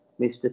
Mr